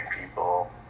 people